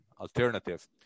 alternative